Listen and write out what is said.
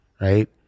right